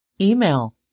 email